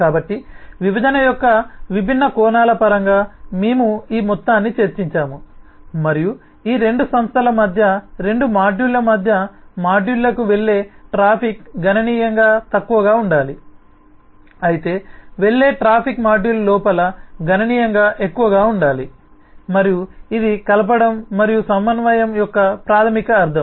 కాబట్టి విభజన యొక్క విభిన్న కోణాల పరంగా మేము ఈ మొత్తాన్ని చర్చించాము మరియు ఈ రెండు సంస్థల మధ్య రెండు మాడ్యూళ్ల మధ్య మాడ్యూళ్ళకు వెళ్ళే ట్రాఫిక్ గణనీయంగా తక్కువగా ఉండాలి అయితే వెళ్లే ట్రాఫిక్ మాడ్యూల్ లోపల గణనీయంగా ఎక్కువగా ఉండాలి మరియు ఇది కలపడం మరియు సమన్వయం యొక్క ప్రాథమిక అర్ధం